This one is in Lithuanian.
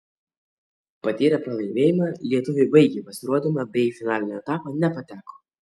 patyrę pralaimėjimą lietuviai baigė pasirodymą bei į finalinį etapą nepateko